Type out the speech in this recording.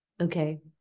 Okay